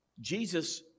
Jesus